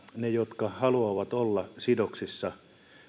ne jotka haluavat olla sidoksissa